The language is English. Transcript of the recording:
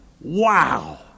Wow